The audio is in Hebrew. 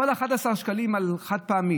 כל 11 שקלים על חד-פעמי,